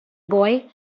boy